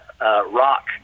rock